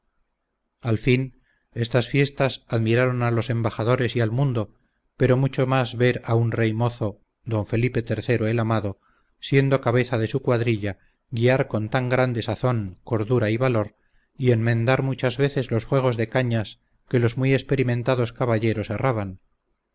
al fin estas fiestas admiraron a los embajadores y al mundo pero mucho mas ver a un rey mozo don felipe iii el amado siendo cabeza de su cuadrilla guiar con tan grande sazón cordura y valor y enmendar muchas veces los juegos de cañas que los muy experimentados caballeros erraban